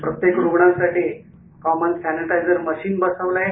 प्रत्येक रूग्णांसाठी common sanitiser machine बसवलं आहे